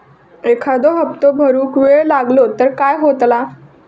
एखादो हप्तो भरुक वेळ लागलो तर काय होतला?